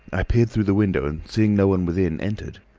i peered through the window and, seeing no one within, entered.